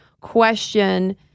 question